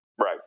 Right